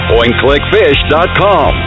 PointClickFish.com